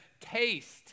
taste